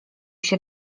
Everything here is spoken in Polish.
się